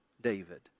David